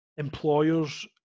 employers